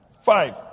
Five